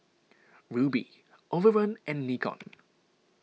Rubi Overrun and Nikon